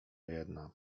jedna